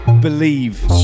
Believe